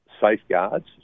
safeguards